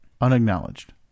unacknowledged